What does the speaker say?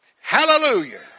hallelujah